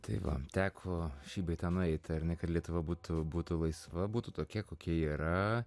tai va teko šį bei tą nueit ar ne kad lietuva būtų būtų laisva būtų tokia kokia yra